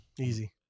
Easy